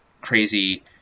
crazy